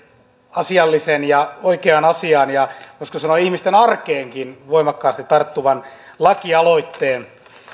asiallisen ja oikeaan asiaan ja voisiko sanoa ihmisten arkeenkin voimakkaasti tarttuvan lakialoitteen juha